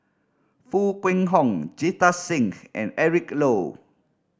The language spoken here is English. Foo Kwee Horng Jita Singh and Eric Low